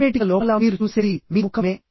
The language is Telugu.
శవపేటిక లోపల మీరు చూసేది మీ ముఖంమే